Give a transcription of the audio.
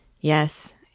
Yes